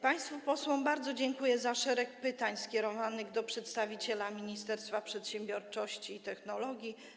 Państwu posłom bardzo dziękuję za szereg pytań skierowanych do przedstawiciela Ministerstwa Przedsiębiorczości i Technologii.